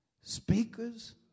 speakers